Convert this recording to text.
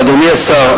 ואדוני השר,